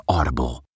Audible